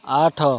ଆଠ